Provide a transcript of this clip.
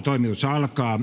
toimitetaan